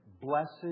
Blessed